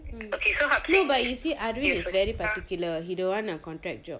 mm but you see arwin is very particular he don't want a contract job